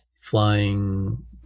flying